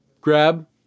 grab